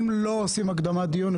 אם לא עושים הקדמת דיון,